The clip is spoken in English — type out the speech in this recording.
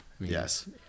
Yes